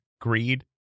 greed